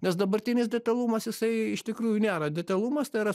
nes dabartinis detalumas jisai iš tikrųjų nėra detalumas tai yra